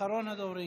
אחרון הדוברים.